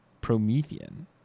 Promethean